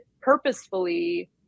purposefully